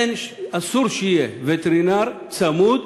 אסור שיהיה וטרינר צמוד